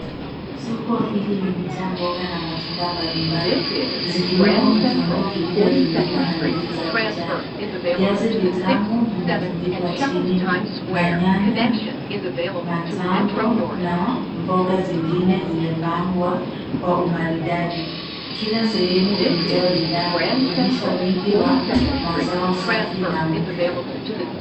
Soko hili limejaa mboga na matunda mbalimbali zikiwemo vitunguu vilivyotundikwa na ndizi za kijani, viazi vitamu vimetundikwa chini na nyanya, matango na mboga zingine zimepangwa kwa umaridadi. Kila sehemu imejaa bidhaa ikionyesha wingi wa mazao safi na mya.